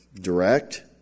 direct